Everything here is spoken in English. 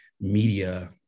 media